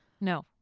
no